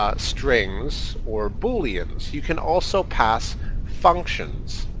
um strings, or booleans. you can also pass functions.